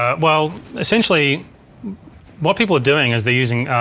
ah well essentially what people are doing is they're using,